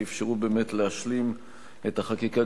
שאפשרו באמת להשלים את החקיקה,